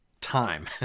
time